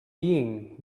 being